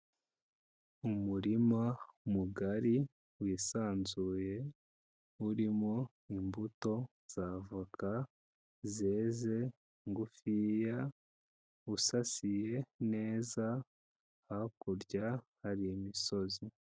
Umurima mugari wisanzuye, urimo imbuto z'avoka zeze ngufiya, usasiye neza, hakurya hari imisozi.